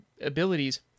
abilities